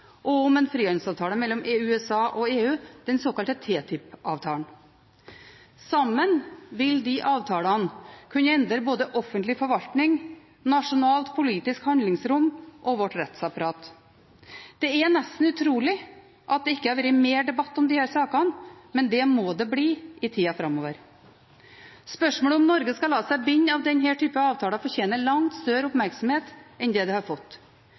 handelsavtale om tjenester og om en frihandelsavtale mellom USA og EU, den såkalte TTIP-avtalen. Sammen vil disse avtalene kunne endre både offentlig forvaltning, nasjonalt politisk handlingsrom og vårt rettsapparat. Det er nesten utrolig at det ikke har vært mer debatt om disse sakene, men det må det bli i tida framover. Spørsmålet om Norge skal la seg binde av denne typen avtaler, fortjener langt større oppmerksomhet enn det har fått. De bilaterale investeringsavtalene er viktige fordi de har